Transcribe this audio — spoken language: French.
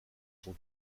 son